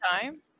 time